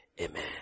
Amen